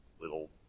little